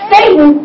Satan